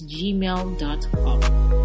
gmail.com